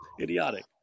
Idiotic